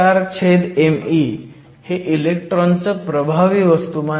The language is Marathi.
meme हे इलेक्ट्रॉनचं प्रभावी वस्तुमान आहे